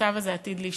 המצב הזה עתיד להשתנות,